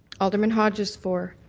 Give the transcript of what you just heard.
alderman hodges, four.